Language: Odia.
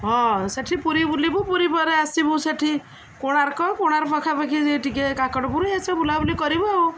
ହଁ ସେଠି ପୁରୀ ବୁଲିବୁ ପୁରୀ ପରେ ଆସିବୁ ସେଠି କୋଣାର୍କ କୋଣାର୍କ ପାଖାପାଖି ଟିକେ କାକଟପୁର ଏସବୁ ବୁଲାବୁଲି କରିବୁ ଆଉ